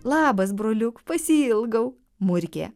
labas broliuk pasiilgau murkė